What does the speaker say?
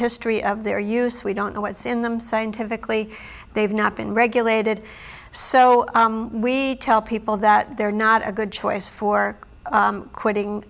history of their use we don't know what's in them scientifically they've not been regulated so we tell people that they're not a good choice for quitting